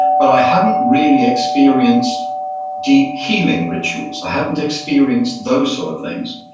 but i hadn't really experienced deep healing rituals. i hadn't experienced those sort of things,